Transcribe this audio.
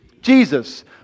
Jesus